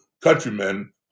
countrymen